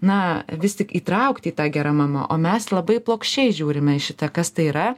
na vis tik įtraukti į tą gera mama o mes labai plokščiai žiūrime į šitą kas tai yra